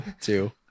Two